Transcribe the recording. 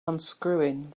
unscrewing